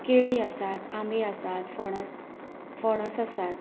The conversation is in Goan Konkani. केळीं आसात आंबे आसात फणस फणस आसात